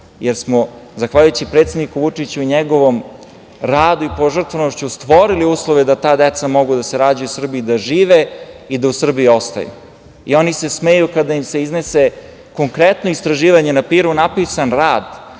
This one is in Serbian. Jer smo, zahvaljujući predsedniku Vučiću i njegovom radu i požrtvovanošću stvorili uslove da ta deca mogu da se rađaju u Srbiji, da žive i da u Srbiji ostaju. Oni se smeju kada ime se iznese konkretno istraživanje, na papiru napisan rad,